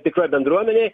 tikroj bendruomenėj